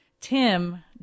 Tim